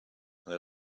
there